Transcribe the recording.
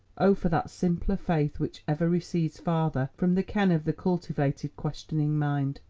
oh, for that simpler faith which ever recedes farther from the ken of the cultivated, questioning mind!